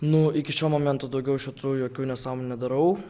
nu iki šio momento daugiau šitų jokių nesąmonių nedarau